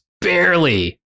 barely